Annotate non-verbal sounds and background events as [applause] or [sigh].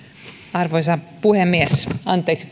arvoisa puhemies anteeksi [unintelligible]